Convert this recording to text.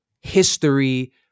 history